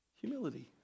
Humility